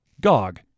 GOG